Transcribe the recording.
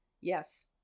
Yes